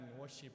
worship